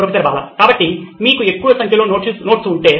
professor Bala కాబట్టి మీకు ఎక్కువ సంఖ్యలో నోట్స్ ఉంటే